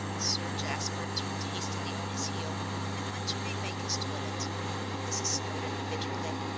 sir jasper turned hastily on his heel and went to remake his toilet mrs. snowdon bit her lip,